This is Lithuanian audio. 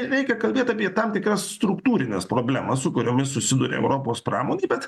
reikia kalbėt apie tam tikras struktūrines problemas su kuriomis susiduria europos pramonė bet